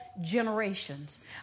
generations